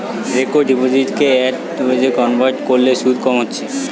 recurring ডিপোসিটকে fixed ডিপোজিটে convert কোরলে শুধ কম হচ্ছে